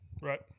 Right